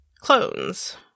clones